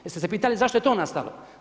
Jeste se pitali zašto je to nastalo?